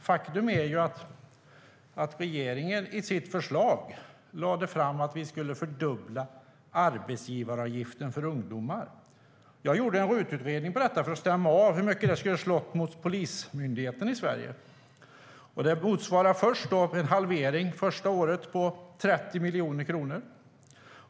Faktum är att regeringen i sitt förslag menade att vi skulle fördubbla arbetsgivaravgiften för ungdomar. Jag lät göra en RUT-utredning på detta för att stämma av hur mycket detta skulle ha slagit mot Polismyndigheten i Sverige. Första året motsvarar det en halvering med 30 miljoner kronor.